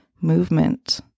movement